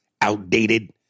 outdated